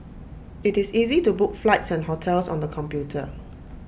IT is easy to book flights and hotels on the computer